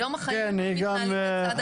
היום החיים מתנהלים לצד הקורונה.